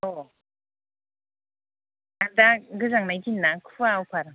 अह दा गोजांनाय दिन ना खुवा अभार